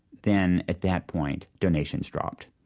then at that point donations dropped.